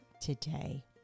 today